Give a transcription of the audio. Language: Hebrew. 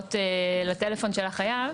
בהודעות לטלפון של החייב.